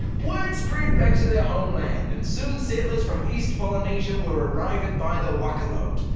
word spread back to their homeland and soon settlers from east polynesia were arriving by the waka-load.